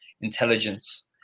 intelligence